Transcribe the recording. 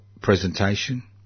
presentation